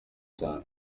cyane